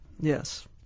Yes